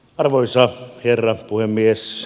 arvoisa herra puhemies